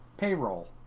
payroll